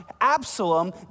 Absalom